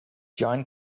john